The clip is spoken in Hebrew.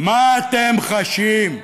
מה אתם חשים?